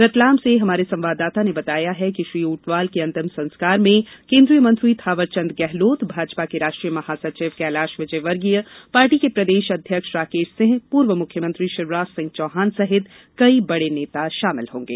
रतलाम से हमारे संवाददाता ने बताया है कि श्री ऊंटवाल के अंतिम संस्कार में केन्द्रीय मंत्री थांवदचंद गेहलोत भाजपा के राष्ट्रीय महासचिव कैलाश विजयवर्गीय पार्टी के प्रदेश अध्यक्ष राकेश सिंह पूर्व मुख्यमंत्री शिवराज सिंह चौहान सहित कई बड़े नेता शामिल होंगे